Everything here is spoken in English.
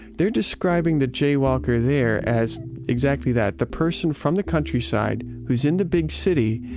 they're describing the jaywalker there as exactly that. the person from the countryside who's in the big city,